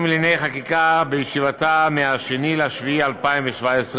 לענייני חקיקה בישיבתה ב-2 ביולי 2017,